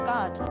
God